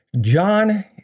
John